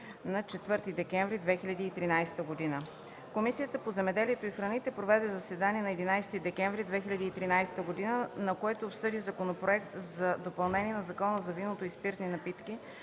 на 4 декември 2013 г. Комисията по земеделието и храните проведе заседание на 11 декември 2013 г., на което обсъди Законопроект за допълнение на Закона за виното и спиртните напитки,